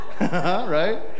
Right